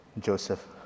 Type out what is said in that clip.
Joseph